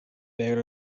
per